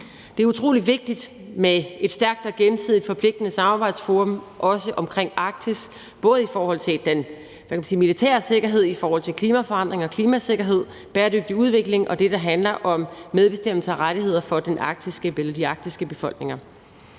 Det er utrolig vigtigt med et stærkt og gensidigt forpligtende samarbejdsforum, også omkring Arktis, i forhold til den militære sikkerhed, i forhold til klimaforandring og klimasikkerhed, bæredygtig udvikling og det, der handler om medbestemmelse og rettigheder for de arktiske befolkninger.